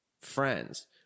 friends